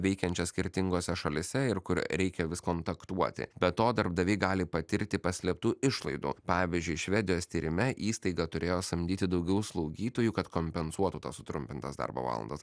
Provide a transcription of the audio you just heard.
veikiančias skirtingose šalyse ir kur reikia vis kontaktuoti be to darbdaviai gali patirti paslėptų išlaidų pavyzdžiui švedijos tyrime įstaiga turėjo samdyti daugiau slaugytojų kad kompensuotų tas sutrumpintas darbo valandas